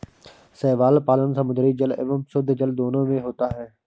शैवाल पालन समुद्री जल एवं शुद्धजल दोनों में होता है